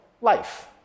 life